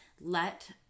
let